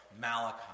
Malachi